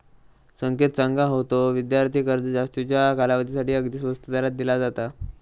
संकेत सांगा होतो, विद्यार्थी कर्ज जास्तीच्या कालावधीसाठी अगदी स्वस्त दरात दिला जाता